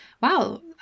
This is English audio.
wow